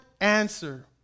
answer